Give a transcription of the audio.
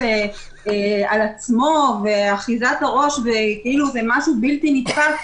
על עצמו ואחיזת הראש כאילו זה משהו בלתי נתפס: